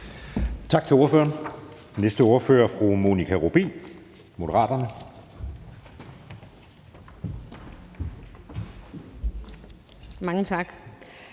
Tak til ordføreren. Næste ordfører er fru Monika Rubin, Moderaterne. Kl.